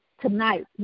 tonight